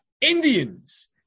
Indians